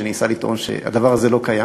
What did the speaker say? שניסה לטעון שהדבר הזה לא קיים.